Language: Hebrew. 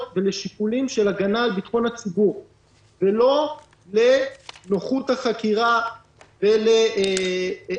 ולשיקולים של הגנה על ביטחון הציבור ולא לנוחות החקירה ואפילו